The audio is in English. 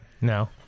No